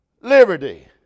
liberty